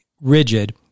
rigid